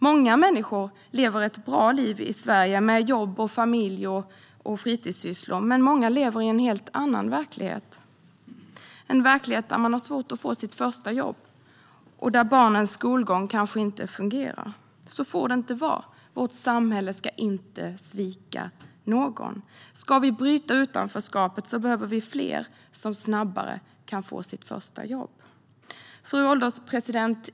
Många människor lever ett bra liv i Sverige med jobb, familj och fritidssysslor, men många andra lever i en helt annan verklighet. Det är en verklighet där man har svårt att få sitt första jobb och där barnens skolgång kanske inte fungerar. Så får det inte vara. Vårt samhälle ska inte svika någon. Ska vi bryta utanförskapet behöver vi fler som snabbare kan få sitt första jobb. Fru ålderspresident!